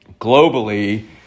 globally